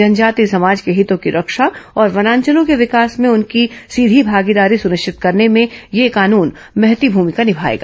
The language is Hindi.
जनजातीय समाज के हितों की रक्षा और वनांचलों के विकास में उनकी सीधी भागीदारी सुनिश्चित करने में यह कान्न महती भुमिका निमाएगा